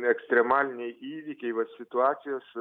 ekstremaliniai įvykiai vat situacijos